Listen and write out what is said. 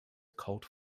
cult